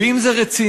/ ואם זה רציני,